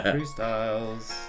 Freestyles